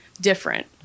different